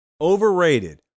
Overrated